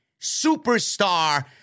superstar